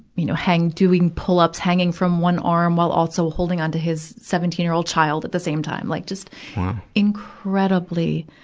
you know, hang, doing pull-ups, hanging from one arm, while also holding onto his seventeen year old child at the same time, like just incredibly,